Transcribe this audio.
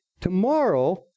tomorrow